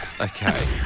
Okay